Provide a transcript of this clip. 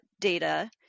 data